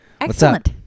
Excellent